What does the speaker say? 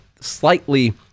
slightly